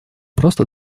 просто